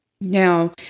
Now